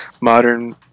modern